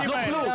נוכלות.